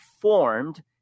formed